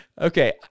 Okay